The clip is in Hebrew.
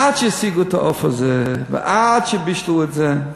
עד שהשיגו את העוף הזה, ועד שבישלו את זה,